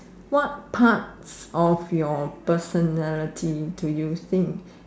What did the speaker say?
what parts of your personality to you think